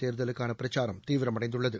தேர்தலுக்கான பிரச்சாரம் தீவிரமடைந்துள்ளது